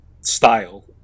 style